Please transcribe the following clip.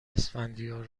اسفندیار